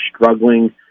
struggling